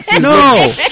No